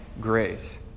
grace